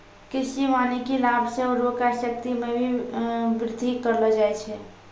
कृषि वानिकी लाभ से उर्वरा शक्ति मे भी बृद्धि करलो जाय छै